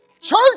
Church